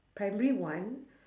primary one